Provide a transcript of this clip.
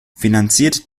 finanziert